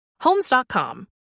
homes.com